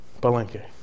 Palenque